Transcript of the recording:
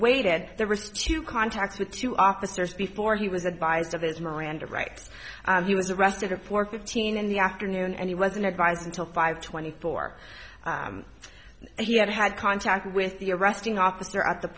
waited the risk to contact the two officers before he was advised of his miranda rights he was arrested at four fifteen in the afternoon and he wasn't advise until five twenty four he had had contact with the arresting officer at t